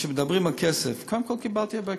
אז כשמדברים על כסף, קודם כול, קיבלתי הרבה כסף.